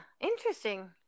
Interesting